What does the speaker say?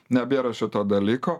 nebėra šito dalyko